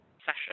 session